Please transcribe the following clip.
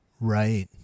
Right